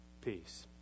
peace